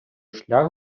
шлях